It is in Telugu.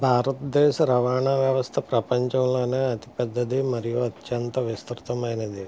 భారతదేశ రవాణా వ్యవస్థ ప్రపంచంలోనే అతి పెద్దది మరియు అత్యంత విస్తృతమైనది